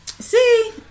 See